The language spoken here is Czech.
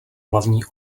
hlavní